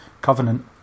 Covenant